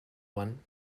one